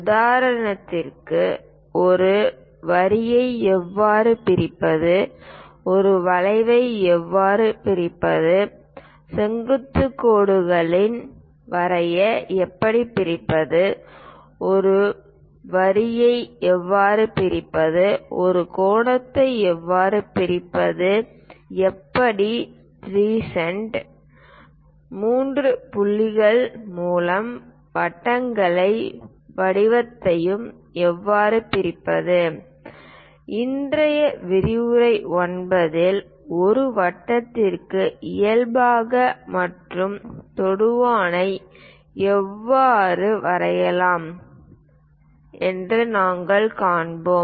உதாரணத்திற்கு ஒரு வரியை எவ்வாறு பிரிப்பது ஒரு வளைவை எவ்வாறு பிரிப்பது செங்குத்து கோடுகளை வரைய எப்படி பிரிப்பது ஒரு வரியை எவ்வாறு பிரிப்பது ஒரு கோணத்தை எவ்வாறு பிரிப்பது எப்படி trisect மூன்று புள்ளிகள் மூலம் வட்டங்களையும் வட்டத்தையும் எவ்வாறு பிரிப்பது இன்றைய விரிவுரை 9 இல் ஒரு வட்டத்திற்கு இயல்பான மற்றும் தொடுவானை எவ்வாறு வரையலாம் என்பதை நாங்கள் காண்போம்